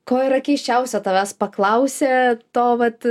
ko yra keisčiausio tavęs paklausė to vat